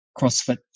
CrossFit